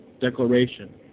declaration